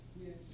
Yes